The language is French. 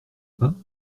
pas